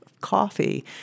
coffee